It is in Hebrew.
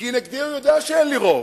כי נגדי, הוא יודע שאין לי רוב,